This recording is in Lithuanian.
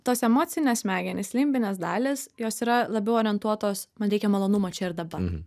tos emocinės smegenys limbinės dalys jos yra labiau orientuotos man teikia malonumą čia ir dabar